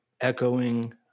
echoing